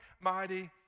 mighty